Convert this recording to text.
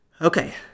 Okay